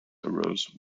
arose